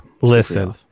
listen